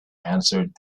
answered